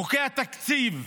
חוקי התקציב,